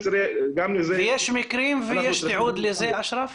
יש מקרים ויש תיעוד לזה, אשרף?